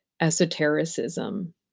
esotericism